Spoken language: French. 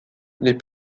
les